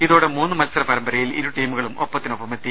ഇതോടെ മൂന്ന് മത്സര പരമ്പരയിൽ ഇരു ട്രീമുകളും ഒപ്പത്തിനൊപ്പമെ ത്തി